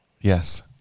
Yes